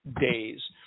days